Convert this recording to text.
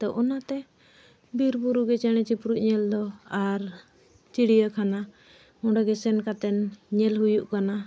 ᱛᱚ ᱚᱱᱟᱛᱮ ᱵᱤᱨ ᱵᱩᱨᱩ ᱜᱮ ᱪᱮᱬᱮ ᱪᱤᱯᱨᱩᱡ ᱧᱮᱞ ᱫᱚ ᱟᱨ ᱪᱤᱲᱤᱭᱟᱠᱷᱟᱱᱟ ᱚᱸᱰᱮ ᱜᱮ ᱥᱮᱱ ᱠᱟᱛᱮᱱ ᱧᱮᱞ ᱦᱩᱭᱩᱜ ᱠᱟᱱᱟ